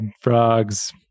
frogs